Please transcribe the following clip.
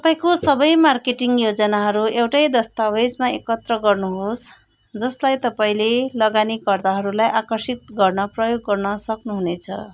तपाईँको सबै मार्केटिङ योजनाहरू एउटै दस्तावेजमा एकत्र गर्नुहोस् जसलाई तपईँले लगानीकर्ताहरूलाई आकर्षित गर्न प्रयोग गर्न सक्नुहुनेछ